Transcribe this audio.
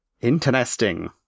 Interesting